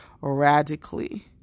radically